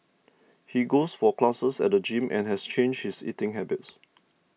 he goes for classes at the gym and has changed his eating habits